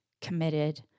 committed